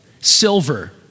silver